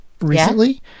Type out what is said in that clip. recently